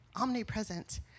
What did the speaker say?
omnipresent